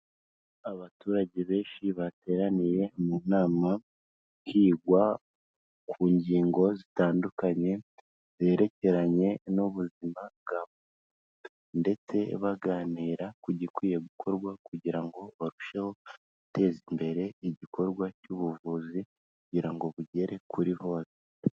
Abaturage benshi bateraniye mu nama, higwa ku ngingo zitandukanye zerekeranye n'ubuzima bwa muntu, ndetse baganira ku gikwiye gukorwa kugira ngo barusheho guteza imbere igikorwa cy'ubuvuzi, kugira ngo bugere kuri bose.